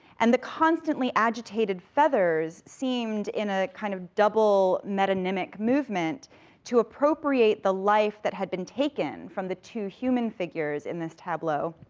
and the constantly agitated feathers seemed, in a kind of double metonymic movement to appropriate the life that had been taken from the two human figures in this tableau,